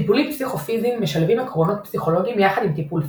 טיפולים פסיכו-פיזיים משלבים עקרונות פסיכולוגיים יחד עם טיפול פיזי.